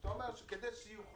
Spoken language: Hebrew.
אבל אתה אומר כדי שיוכלו,